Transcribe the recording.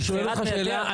אני שואל אותך שאלה.